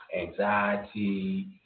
Anxiety